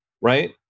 right